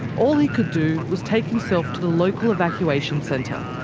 all he could do was take himself to the local evacuation centre,